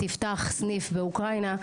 תפתח סניף באוקרינה,